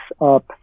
up